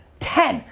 ten!